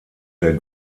der